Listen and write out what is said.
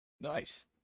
Nice